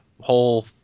whole